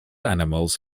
animals